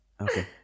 okay